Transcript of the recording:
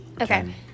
Okay